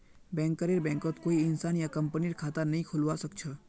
बैंकरेर बैंकत कोई इंसान या कंपनीर खता नइ खुलवा स ख छ